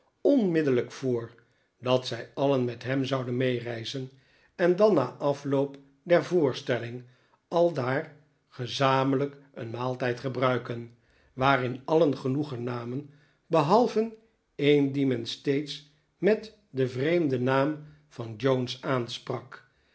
onmiddellijk voor dat zij alien met hem zouden meereizen en dan na afloop der voorstelling aldaar gezamenlijk een maaltijd gebruiken waarin alien genoegen namen behalve een dien men steeds met den vreemden naam van jones aansprak